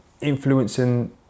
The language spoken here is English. influencing